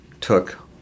took